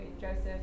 Joseph